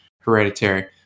Hereditary